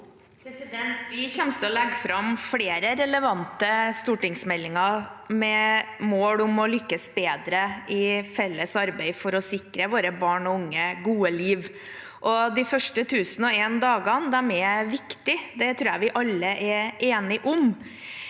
Vi kommer til å legge fram flere relevante stortingsmeldinger, med mål om å lykkes bedre i vårt felles arbeid for å sikre våre barn og unge et godt liv. De første 1 001 dagene er viktige. Det tror jeg vi alle er enige om.